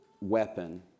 weapon